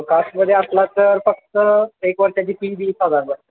कास्टमध्ये असला तर फक्त एक वर्षाची फी वीस हजार बास